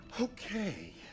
Okay